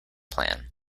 plan